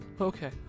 Okay